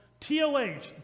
TLH